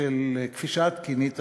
כפי שאת כינית,